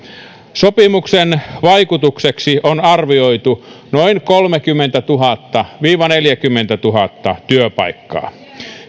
sopimuksen vaikutukseksi on arvioitu noin kolmekymmentätuhatta viiva neljäkymmentätuhatta työpaikkaa